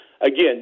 Again